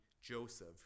Joseph